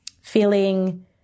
feeling